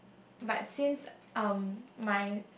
but since um my